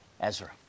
Ezra